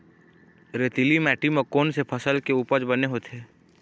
रेतीली माटी म कोन से फसल के उपज बने होथे?